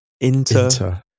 Inter